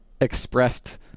expressed